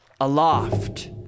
aloft